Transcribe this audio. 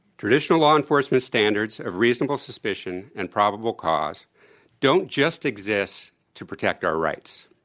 traditional law enforcement standards of reasonable suspicion and probable cause don't just exist to protect our rights.